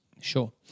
Sure